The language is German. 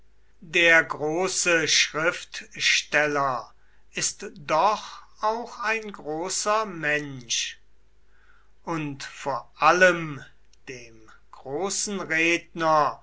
der große schriftsteller ist doch auch ein großer mensch und vor allem dem großen redner